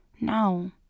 No